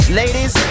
ladies